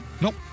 Nope